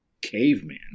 caveman